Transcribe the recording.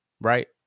right